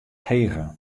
hege